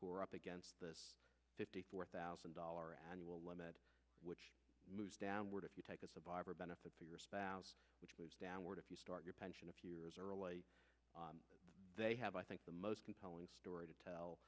who are up against this fifty four thousand dollar annual limit which moves downward if you take a survivor benefits or your spouse which was downward if you start your pension a few years early they have i think the most compelling story to tell